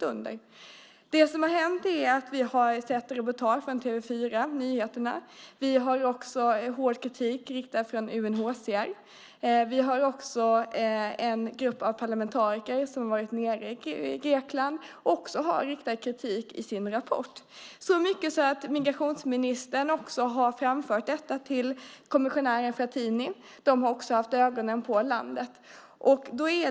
Det som har hänt är att vi har sett ett reportage från TV 4:s Nyheterna. Hård kritik har riktats från UNHCR. Det finns också en grupp parlamentariker som har varit nere i Grekland, och de har också riktat kritik i sin rapport. Migrationsministern har också framfört detta till kommissionär Frattini. De har också haft ögonen på landet.